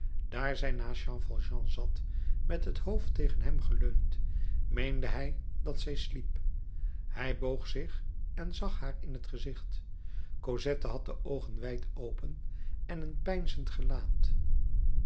daar zij naast jean valjean zat met het hoofd tegen hem geleund meende hij dat zij sliep hij boog zich en zag haar in t gezicht cosette had de oogen wijd open en een peinzend gelaat